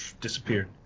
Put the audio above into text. disappeared